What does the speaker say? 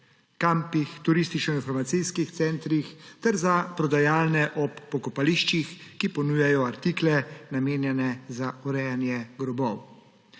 kampih, turističnoinformacijskih centrih ter za prodajalne ob pokopališčih, ki ponujajo artikle, namenjene za urejanje grobov.